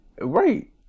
Right